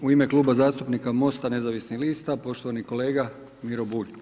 U ime Kluba zastupnika MOST-a nezavisnih lista, poštovani kolega Miro Bulj.